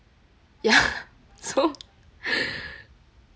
ya so